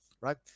right